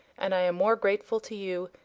and i am more grateful to you,